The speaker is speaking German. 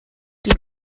dem